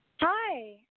Hi